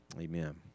amen